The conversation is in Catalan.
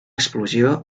explosió